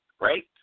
right